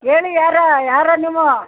ಹೇಳಿ ಯಾರು ಯಾರು ನೀವು